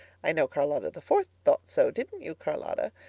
i know charlotta the fourth thought so, didn't you, charlotta?